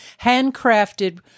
handcrafted